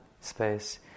space